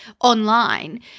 online